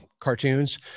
cartoons